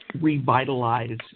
revitalize